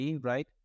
right